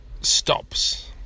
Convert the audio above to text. stops